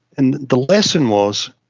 and the lesson was,